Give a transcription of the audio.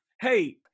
hey